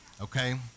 okay